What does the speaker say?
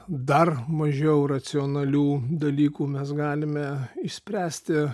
dar mažiau racionalių dalykų mes galime išspręsti